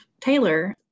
Taylor